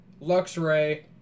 Luxray